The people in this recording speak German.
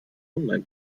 online